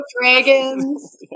Dragons